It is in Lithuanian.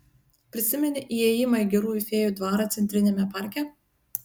prisimeni įėjimą į gerųjų fėjų dvarą centriniame parke